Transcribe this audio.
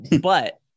but-